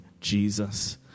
Jesus